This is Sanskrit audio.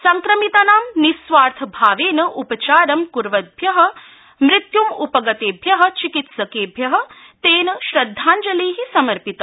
संक्रमिताना निस्वार्थ भावेन उपचार क्वद्भ्य मृत्युम्पगतेभ्य चिकित्सकेभ्य तेन श्रद्धाजलि समर्पित